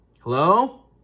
Hello